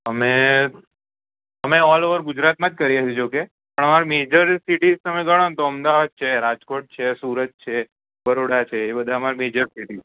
અમે all over ગુજરાતમા કરીયે છે જો કે પણ મેજર સિટી ઘણા ને તમે તો અમદાવાદ છે રાજકોટ છે સુરત છે બરોડા છે એ બધી એમાં થી મેજર સિટી છે